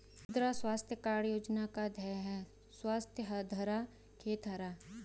मृदा स्वास्थ्य कार्ड योजना का ध्येय है स्वस्थ धरा, खेत हरा